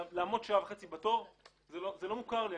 לעמוד שעה וחצי בתור זה לא דבר שמוכר לי,